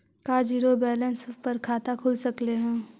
का zero balance पर खाता खुल सकले हे?